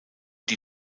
die